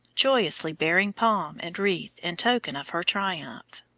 joyously bearing palm and wreath in token of her triumph.